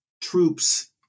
troops